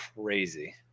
crazy